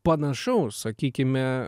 panašaus sakykime